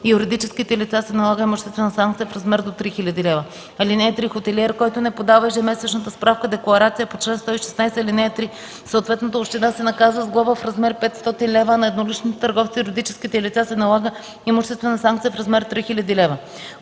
и юридическите лица се налага имуществена санкция в размер до 3000 лв. (3) Хотелиер, който не подава ежемесечната справка-декларация по чл. 116, ал. 3 в съответната община, се наказва с глоба в размер 500 лв., а на едноличните търговци и юридическите лица се налага имуществена санкция в размер 3000 лв.”